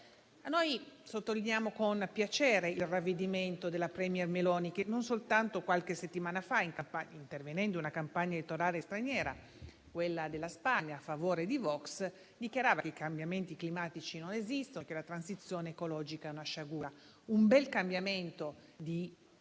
Noi sottolineiamo con piacere il ravvedimento della *premier* Meloni, la quale, soltanto qualche settimana fa, intervenendo in una campagna elettorale straniera, quella in Spagna, a favore di Vox, dichiarava che i cambiamenti climatici non esistono e che la transizione ecologica è una sciagura. È un bel cambiamento di